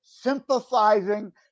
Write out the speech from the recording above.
sympathizing